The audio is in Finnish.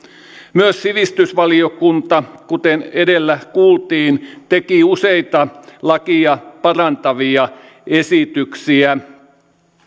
myös sivistysvaliokunta kuten edellä kuultiin teki useita lakia parantavia esityksiä